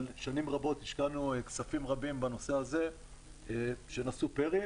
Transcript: אבל שנים רבות השקענו כספים רבים בנושא הזה שנשאו פרי.